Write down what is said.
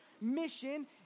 mission